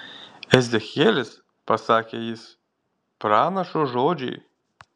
ezechielis pasakė jis pranašo žodžiai